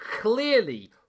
clearly